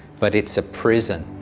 but it's a prison.